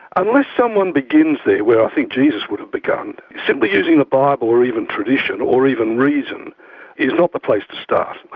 unless someone begins there where i think jesus would have begun, simply using the bible or even tradition or even reason is not the place to start.